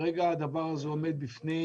וכרגע זה עומד בפני